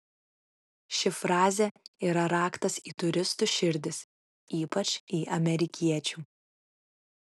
ši frazė yra raktas į turistų širdis ypač į amerikiečių